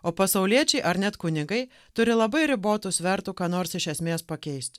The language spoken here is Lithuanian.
o pasauliečiai ar net kunigai turi labai ribotų svertų ką nors iš esmės pakeist